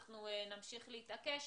אנחנו נמשיך להתעקש.